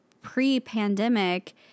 pre-pandemic